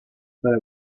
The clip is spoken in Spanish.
para